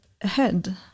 ahead